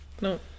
no